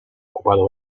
ocupado